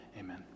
Amen